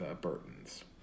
Burtons